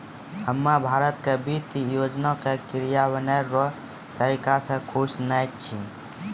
हम्मे भारत के वित्त योजना के क्रियान्वयन रो तरीका से खुश नै छी